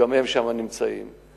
גם הם נמצאים שם.